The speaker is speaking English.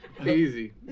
Easy